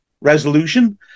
resolution